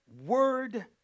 word